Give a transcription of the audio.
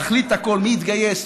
להחליט הכול: מי יתגייס,